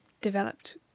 developed